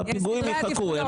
הפיגועים יחכו,